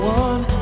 one